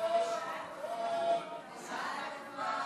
ההצעה להעביר